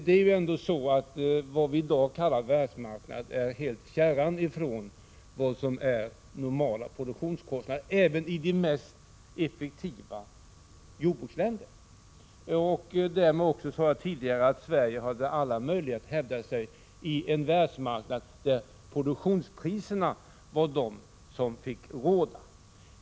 Det är ju ändå så att vad vi i dag kallar världsmarknaden är helt fjärran från vad som är normala produktionskostna der, även i de mest effektiva jordbruksländer, och därmed har också, som jag tidigare sade, Sverige alla möjligheter att hävda sig i en världsmarknad där produktionspriserna får råda.